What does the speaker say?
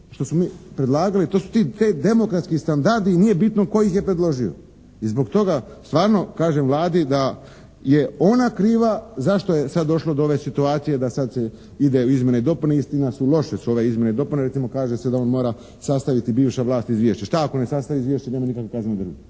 što su mi predlagali, to su ti demokratski standardi i nije bitno tko ih je predložio. I zbog toga stvarno kažem Vladi da je ona kriva zašto je sada došlo do ove situacije da sad se ide u izmjene i dopune, istina loše su ove izmjene i dopune. Recimo kaže se da on mora sastaviti bivša vlast izvješće. Šta ako ne sastavi izvješće? Nema nikakve kaznene